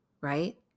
right